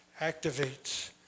activates